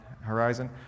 horizon